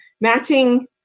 matching